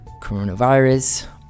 coronavirus